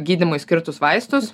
gydymui skirtus vaistus